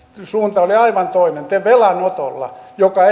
suunta oli aivan toinen te velanotolla joka